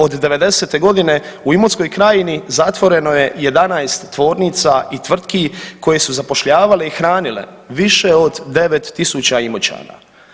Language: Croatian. Od devedesete godine u Imotskoj krajini zatvoreno je 11 tvornica i tvrtki koje su zapošljavale i hranile više od 9000 Imoćana.